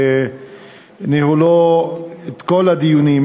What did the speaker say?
וניהולו את כל הדיונים,